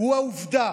הוא העובדה